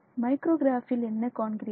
micro கிராபில் என்ன காண்கிறீர்கள்